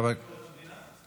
לא ביקורת המדינה?